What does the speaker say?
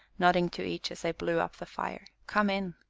nodding to each, as i blew up the fire, come in.